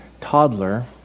toddler